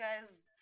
guys